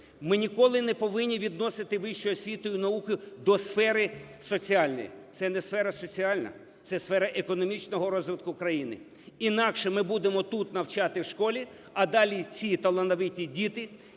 Ми ніколи не повинні відносити вищу освіту і науку до сфери соціальної. Це не сфера соціальна, це сфера економічного розвитку країни. Інакше ми будемо тут навчати в школі, а діл ці талановиті діти,